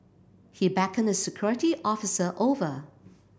he beckoned a security officer over